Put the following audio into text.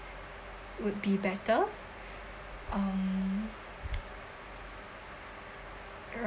would be better um